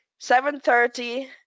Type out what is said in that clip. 7.30